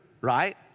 right